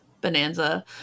bonanza